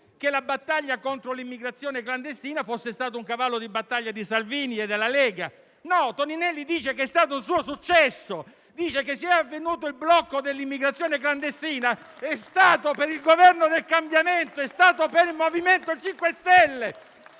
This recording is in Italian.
che la battaglia contro l'immigrazione clandestina fosse stata un cavallo di battaglia di Salvini e della Lega. No, Toninelli dice che è stato un suo successo. Dice che se è avvenuto il blocco dell'immigrazione clandestina è stato grazie al Governo del cambiamento, grazie al MoVimento 5 Stelle.